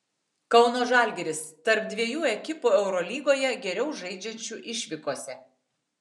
kauno žalgiris tarp dviejų ekipų eurolygoje geriau žaidžiančių išvykose